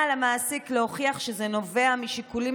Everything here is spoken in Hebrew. על המעסיק להוכיח שזה נובע משיקולים